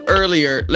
earlier